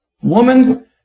Woman